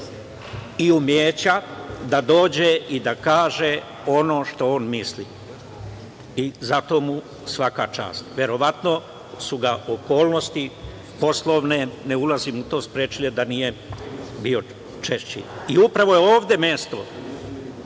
i umeća da dođe i da kaže ono što on misli i za to mu svaka čast. Verovatno su ga okolnosti poslovne, ne ulazim u to, sprečile da nije bio češće. Upravo je ovde mesto